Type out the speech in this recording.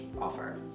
offer